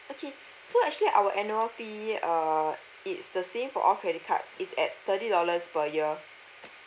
okay so actually our annual fee uh it's the same for all credit cards is at thirty dollars per year